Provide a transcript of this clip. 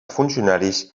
funcionaris